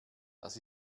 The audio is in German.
das